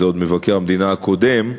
זה עוד מבקר המדינה הקודם,